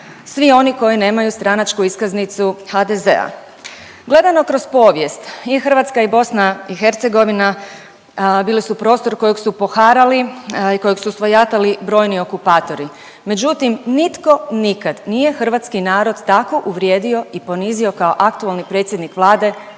svi oni koji nemaju stranačku iskaznicu HDZ-a. Gledano kroz povijest i Hrvatska i BiH bili su prostor kojeg su poharali i kojeg su svojatali brojni okupatori, međutim nitko nikad nije hrvatski narod tako uvrijedio i ponizio kao aktualni predsjednik Vlade